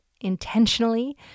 intentionally